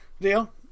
Deal